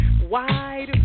wide